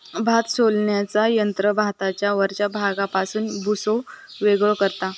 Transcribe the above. भात सोलण्याचा यंत्र भाताच्या वरच्या भागापासून भुसो वेगळो करता